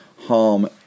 harm